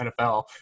NFL